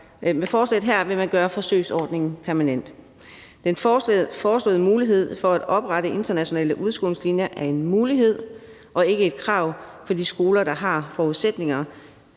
med forslaget her vil man gøre forsøgsordningen permanent. Den foreslåede mulighed for at oprette internationale udskolingslinjer er altså en mulighed og ikke et krav for de skoler, der har forudsætninger